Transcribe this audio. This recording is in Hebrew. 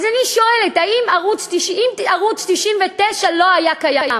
אז אני שואלת, אם ערוץ 99 לא היה קיים,